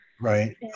Right